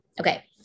Okay